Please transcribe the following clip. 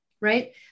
Right